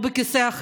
או בכיסא הזה,